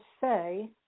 say